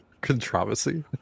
Controversy